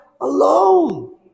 alone